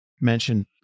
mention